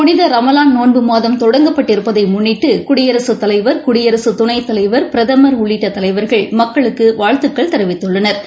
புளிதரமலான் நோன்பு மாதம் தொடங்கப்பட்டிருப்பதைமுன்னிட்டுகுடியரசுத் தலைவா் குடியரசுத் துணைத் தலைவா பிரதமா உள்ளிட்டதலைவாகள் மக்களுக்குவாழ்த்துகள் தெரிவித்துள்ளனா்